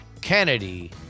Kennedy